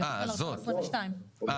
1.1.22. לא,